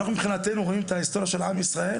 אנחנו מבחינתנו רואים את ההיסטוריה של עם ישראל,